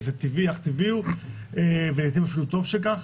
אך טבעי הוא ולעיתים אפילו טוב שכך,